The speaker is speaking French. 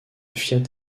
fiat